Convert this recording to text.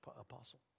apostle